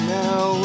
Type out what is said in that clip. now